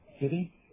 City